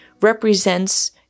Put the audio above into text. represents